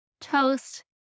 toast